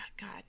God